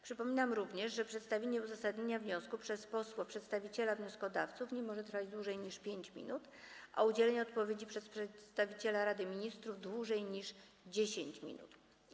Przypominam również, że przedstawienie uzasadnienia wniosku przez posła przedstawiciela wnioskodawców nie może trwać dłużej niż 5 minut, a udzielenie odpowiedzi przez przedstawiciela Rady Ministrów - dłużej niż 10 minut.